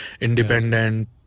independent